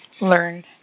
learn